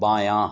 بایاں